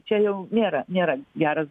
čia jau nėra nėra geras